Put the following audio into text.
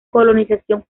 colonización